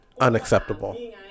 unacceptable